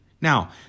Now